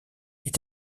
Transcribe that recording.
est